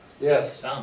Yes